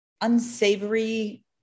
unsavory